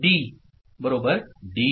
Qn' Qn D